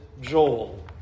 Joel